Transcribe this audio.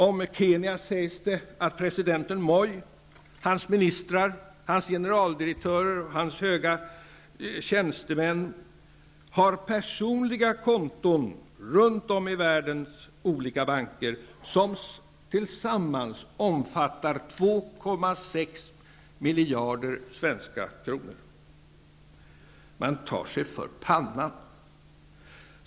Om Kenya sägs det att presidenten Moi, hans ministrar, generaldirektörer och höga tjänstemän har personliga konton runt om i världens olika banker, som sammanlagt omfattar 2,6 miljarder kronor. Jag tar mig för pannan.